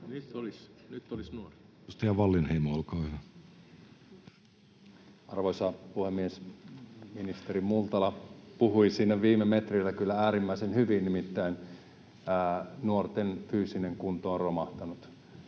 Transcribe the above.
Arvoisa puhemies! Ministeri Multala puhui siinä viime metreillä kyllä äärimmäisen hyvin. Nimittäin nuorten fyysinen kunto on romahtanut.